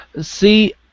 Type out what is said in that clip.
See